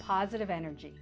positive energy